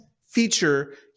feature